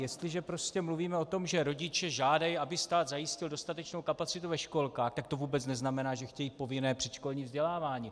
Jestliže mluvíme o tom, že rodiče žádají, aby stát zajistil dostatečnou kapacitu ve školkách, tak to vůbec neznamená, že chtějí povinné předškolní vzdělávání.